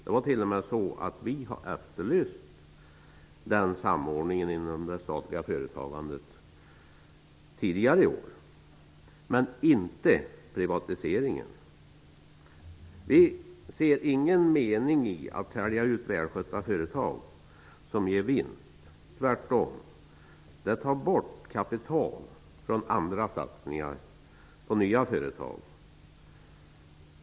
Vi har t.o.m. efterlyst den samordningen inom det statliga företagandet tidigare i år, men inte privatiseringen. Vi ser ingen mening med att sälja ut välskötta företag som ger vinst. Tvärtom, det tar bort kapital från andra satsningar på nya företag.